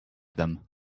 them